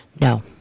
No